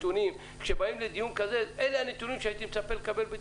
כשבאים לדיון כזה אלה הנתונים שהייתי מצפה לקבל.